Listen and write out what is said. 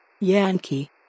Yankee